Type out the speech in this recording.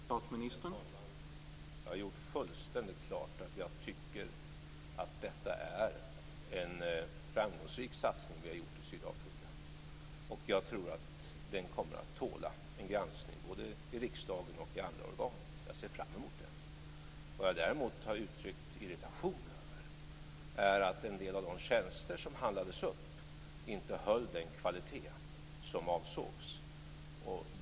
Herr talman! Jag har gjort fullständigt klart att jag tycker att det är en framgångsrik satsning som vi har gjort i Sydafrika. Jag tror att den kommer att tåla en granskning både i riksdagen och i andra organ och ser fram emot den. Vad jag däremot har uttryckt irritation över är att en del av de tjänster som handlades upp inte höll den kvalitet som avsågs.